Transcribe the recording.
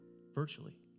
virtually